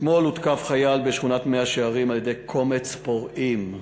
אתמול הותקף חייל בשכונת מאה-שערים על-ידי קומץ פורעים,